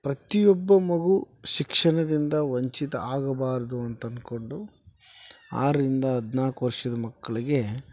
ಪ್ರತಿಯೊಬ್ಬ ಮಗು ಶಿಕ್ಷಣದಿಂದ ವಂಚಿತ ಆಗಬಾರದು ಅಂತ ಅಂದ್ಕೊಂಡು ಆರರಿಂದ ಹದಿನಾಲ್ಕು ವರ್ಷದ ಮಕ್ಕಳಿಗೆ